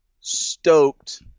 stoked